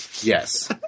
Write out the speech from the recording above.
Yes